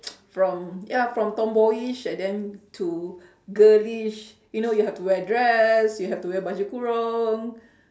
from ya from tomboyish and then to girlish you know you have to wear dress you have to wear baju kurung